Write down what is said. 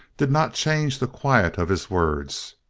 did not change the quiet of his words.